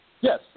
Yes